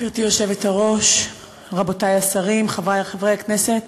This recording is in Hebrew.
גברתי היושבת-ראש, רבותי השרים, חברי חברי הכנסת,